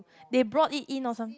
they brought it in or something